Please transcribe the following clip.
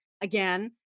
again